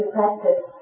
practice